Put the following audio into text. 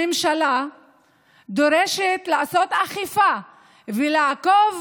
הממשלה דורשת לעשות אכיפה ולעקוב